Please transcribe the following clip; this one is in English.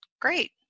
Great